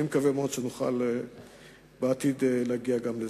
אני מקווה מאוד שנוכל בעתיד להגיע גם לזה.